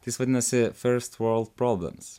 jis vadinasi first world problems